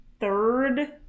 third